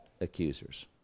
accusers